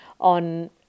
on